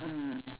mm